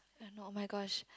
don't know oh-my-gosh